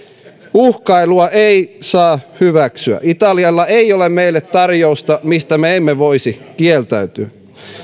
uhkailua ei saa hyväksyä italialla ei ole meille tarjousta mistä me emme voisi kieltäytyä